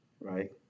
right